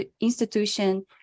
institution